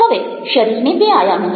હવે શરીરને બે આયામો છે